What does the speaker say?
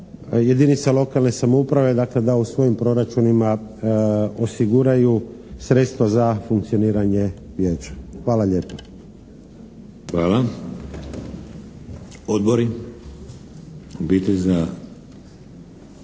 jedinica lokalne samouprave, dakle da u svojim proračunima osiguraju sredstva za funkcioniranje vijeća. Hvala lijepa. **Šeks, Vladimir